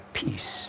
peace